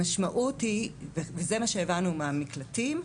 המשמעות היא, וזה מה שהבנו מהמקלטים.